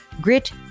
Grit